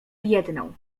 jedną